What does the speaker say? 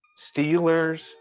Steelers